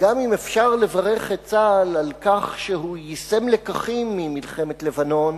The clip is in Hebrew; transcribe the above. גם אם אפשר לברך את צה"ל על כך שהוא יישם לקחים ממלחמת לבנון,